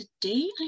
today